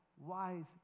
wise